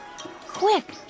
Quick